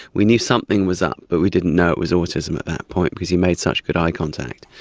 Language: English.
we knew something was up but we didn't know it was autism at that point because he made such good eye contact.